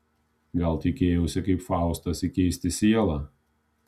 gal tikėjausi kaip faustas įkeisti sielą